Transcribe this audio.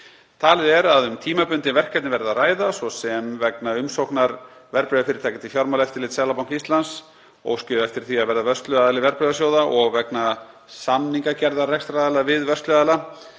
Talið er að um tímabundin verkefni verði að ræða, svo sem vegna umsóknar verðbréfafyrirtækja til Fjármálaeftirlits Seðlabanka Íslands óski þau eftir því að vera vörsluaðili verðbréfasjóða, og vegna samningagerðar rekstrarfélaga við vörsluaðila,